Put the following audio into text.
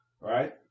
right